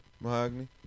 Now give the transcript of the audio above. Mahogany